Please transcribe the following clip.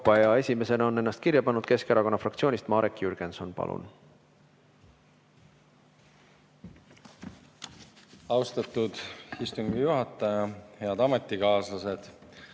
Esimesena on ennast kirja pannud Keskerakonna fraktsioonist Marek Jürgenson. Palun! Austatud istungi juhataja! Head ametikaaslased!